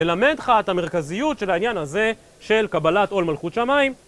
ללמד לך את המרכזיות של העניין הזה של קבלת עול מלכות שמים.